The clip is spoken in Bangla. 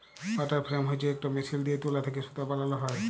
ওয়াটার ফ্রেম হছে ইকট মেশিল দিঁয়ে তুলা থ্যাকে সুতা বালাল হ্যয়